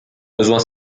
besoins